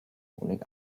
honig